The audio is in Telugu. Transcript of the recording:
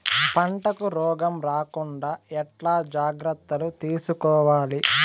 పంటకు రోగం రాకుండా ఎట్లా జాగ్రత్తలు తీసుకోవాలి?